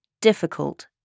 difficult